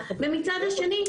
ומצד שני,